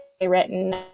written